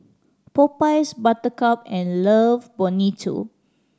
Popeyes Buttercup and Love Bonito